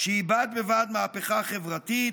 שהיא בד בבד מהפכה חברתית,